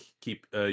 keep